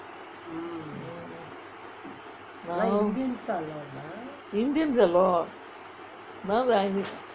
indians a lot